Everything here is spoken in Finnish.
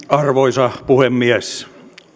arvoisa puhemies